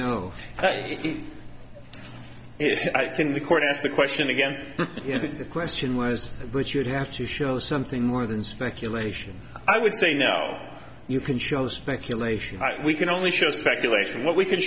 know if i can the court asked the question again if the question was but you'd have to show something more than speculation i would say now you can show speculation we can only show speculation what we can